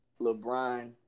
LeBron